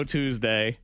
Tuesday